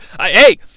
Hey